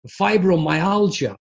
fibromyalgia